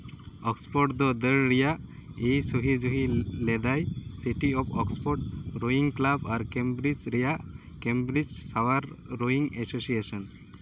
Oxford ᱫᱚ ᱫᱟᱹᱲ ᱨᱮᱭᱟᱜ ᱮ ᱥᱩᱦᱤᱡᱩᱦᱤ ᱞᱮᱫᱟᱭ city of Oxford rowing club ᱟᱨ ᱠᱮᱢᱵᱨᱤᱡᱽ ᱨᱮᱭᱟᱜ ᱠᱮᱢᱵᱨᱤᱡᱽ ᱥᱟᱣᱟᱨ ᱨᱳᱭᱤᱱ ᱮᱥᱳᱥᱤᱭᱮᱥᱮᱱ